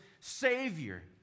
savior